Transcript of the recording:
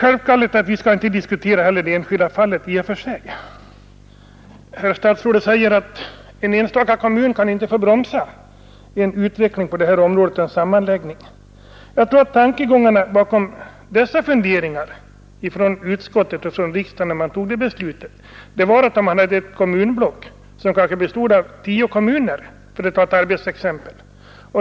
Givetvis skall vi inte heller diskutera det enskilda fallet i och för sig. Herr statsrådet säger att en enstaka kommun kan inte få bromsa en utveckling på detta område genom att sätta sig emot en sammanläggning. Jag tror att bakgrunden till dessa tankegångar från utskottets och från riksdagens sida när man tog beslutet var följande. Man tänkte sig att det kunde gälla ett blivande kommunblock om tio kommuner — för att ta ett arbetsexempel.